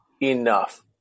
enough